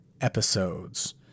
episodes